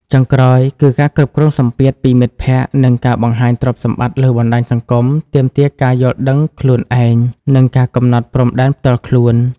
ចុងក្រោយ គឺការគ្រប់គ្រងសម្ពាធពីមិត្តភក្តិ និងការបង្ហាញទ្រព្យសម្បត្តិលើបណ្តាញសង្គមទាមទារការយល់ដឹងខ្លួនឯង និងការកំណត់ព្រំដែនផ្ទាល់ខ្លួន។